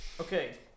okay